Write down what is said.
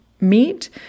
meet